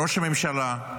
ראש הממשלה,